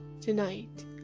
tonight